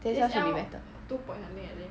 T_S_L should be better a not